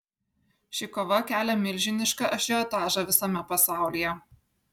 ši kova kelia milžinišką ažiotažą visame pasaulyje